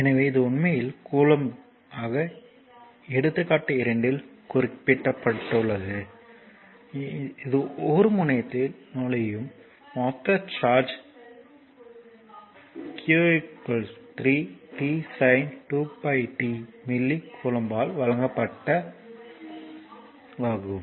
எனவே இது உண்மையில் கூலொம்ப் இப்போது எடுத்துக்காட்டு 2 ஒரு முனையத்தில் நுழையும் மொத்த சார்ஜ் இது உண்மையில் இது q 3tsin 2t மில்லி கூலம்பால் வழங்கப்பட்ட பக்க எண் 17 ஆகும்